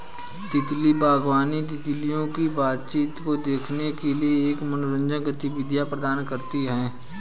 तितली बागवानी, तितलियों की बातचीत को देखने के लिए एक मनोरंजक गतिविधि प्रदान करती है